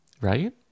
Right